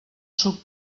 suc